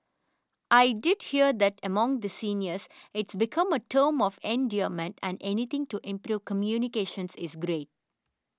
I did hear that among the seniors it's become a term of endearment and anything to improve communications is great